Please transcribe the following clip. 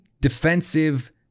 defensive